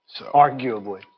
Arguably